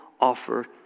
offer